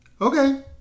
Okay